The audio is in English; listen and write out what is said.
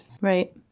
Right